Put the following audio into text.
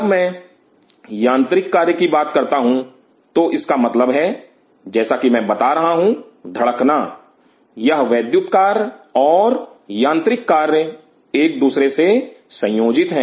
जब मैं यांत्रिक कार्य की बात करता हूं तो इसका मतलब है जैसा कि मैं बता रहा हूं धड़कना यह वैद्युत कार्य और यांत्रिक कार्य एक दूसरे से संयोजित है